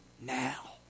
now